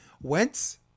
Wentz